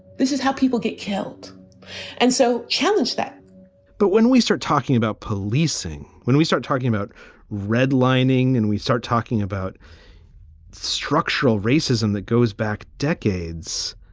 this is how people get killed and so challenged that but when we start talking about policing, when we start talking about redlining and we start talking about structural racism that goes back decades,